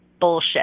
Bullshit